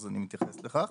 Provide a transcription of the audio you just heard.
אז אני מתייחס לכך.